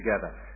together